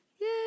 Yay